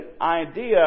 idea